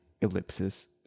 ellipses